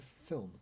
film